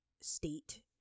state